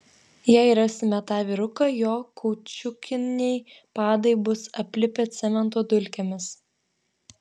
jei rasime tą vyruką jo kaučiukiniai padai bus aplipę cemento dulkėmis